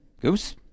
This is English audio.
Goose